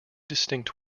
distinct